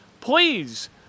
please